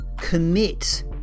commit